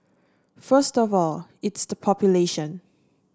first of all it's the population